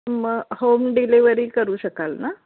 मग home delivery करू शकाल ना